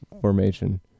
formation